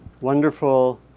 Wonderful